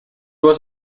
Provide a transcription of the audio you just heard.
was